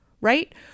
right